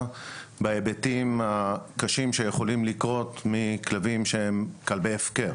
בהיבטים הקשים שיכולים לקרות מכלבים שהם כלבי הפקר.